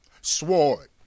Sword